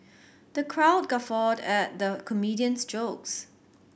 the crowd guffawed at the comedian's jokes